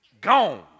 gone